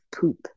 poop